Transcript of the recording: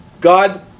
God